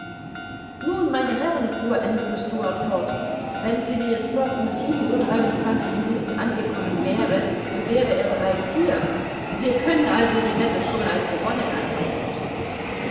nun meine herren fuhr andrew stuart fort wenn phileas fogg um sieben uhr dreiundzwanzig minuten angekommen wäre so wäre er bereits hier wir können also die wette schon als gewonnen ansehen